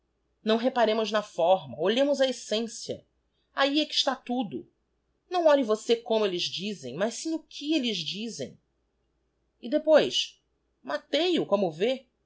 analyse não reparemos na forma olhemos a essência ahi é que está tudo não olhe você como elles dizem mas sim o que elles dizem e depois matei o como vê